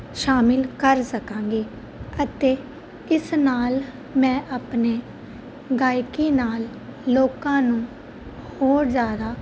ਸ਼ਾਮਿਲ ਕਰ ਸਕਾਂਗੀ ਅਤੇ ਇਸ ਨਾਲ ਮੈਂ ਆਪਣੀ ਗਾਇਕੀ ਨਾਲ ਲੋਕਾਂ ਨੂੰ ਹੋਰ ਜ਼ਿਆਦਾ